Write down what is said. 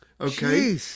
okay